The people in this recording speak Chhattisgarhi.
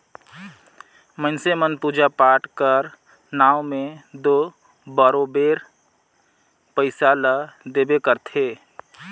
मइनसे मन पूजा पाठ कर नांव में दो बरोबेर पइसा ल देबे करथे